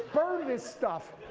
burn this stuff!